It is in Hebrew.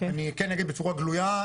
אני כן אגיד בצורה גלויה,